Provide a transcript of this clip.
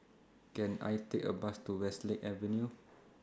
Can I Take A Bus to Westlake Avenue